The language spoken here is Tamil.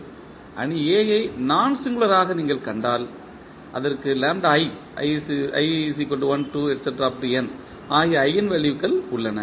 இப்போது அணி A ஐ நான் சிங்குளர் ஆக நீங்கள் கண்டால் அதற்கு ஆகிய ஈஜென்வெல்யூக்கள் உள்ளன